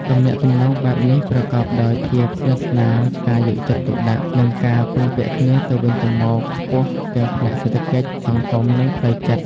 ទំនាក់ទំនងបែបនេះប្រកបដោយភាពស្និទ្ធស្នាល ការយកចិត្តទុកដាក់ និងការពឹងពាក់គ្នាទៅវិញទៅមកខ្ពស់ទាំងផ្នែកសេដ្ឋកិច្ច សង្គម និងផ្លូវចិត្ត។